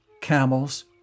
camels